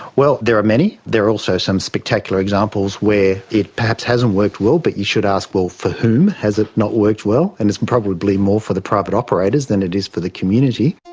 well, there are many. there are also some spectacular examples where it perhaps hasn't worked well, but you should ask more for whom has it not worked well, and it's probably more for the private operators than it is for the community.